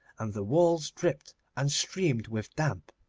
and the walls dripped and streamed with damp.